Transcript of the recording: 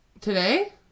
today